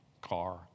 car